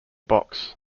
box